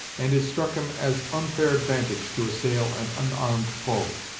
and it struck him as unfair advantage to assail an unarmed foe.